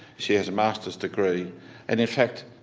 she has a master's degree and in fact,